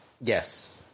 Yes